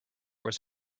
was